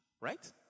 right